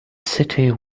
city